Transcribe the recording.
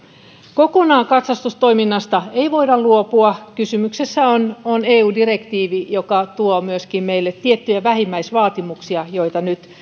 kokonaan katsastustoiminnasta ei voida luopua kysymyksessä on on eu direktiivi joka tuo myöskin meille tiettyjä vähimmäisvaatimuksia joita nyt